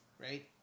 right